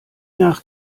nach